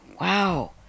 wow